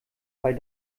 weil